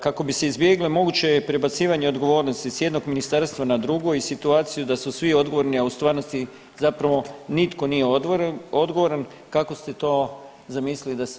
Kako bi se izbjegle moguće prebacivanje odgovornosti s jednog ministarstva na drugo i situaciju da su svi odgovorni, a u stvarnosti zapravo nitko nije odgovoran, kako ste to zamislili da se regulira?